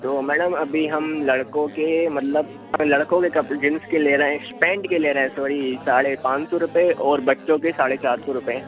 तो मैडम अभी हम लड़कों के मतलब लड़कों के कपड़े जीन्स के ले रहे हैं पैंड के ले रहे हैं सोरी साढ़े पाँच सौ रुपये और बच्चों के साढ़े चार सौ रुपये